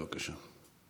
בבקשה.